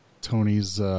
Tony's